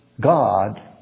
God